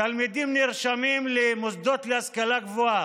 תלמידים נרשמים למוסדות להשכלה גבוהה,